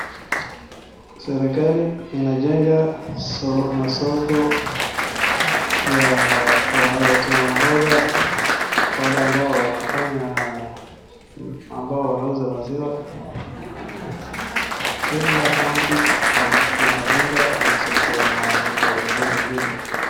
Serikali imejenga masoko ya watu wa mboga, wale ambao wauza maziwa, kila county wanajenga masoko mbilimbili.